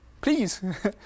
Please